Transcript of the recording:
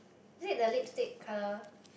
is it the lipstick colour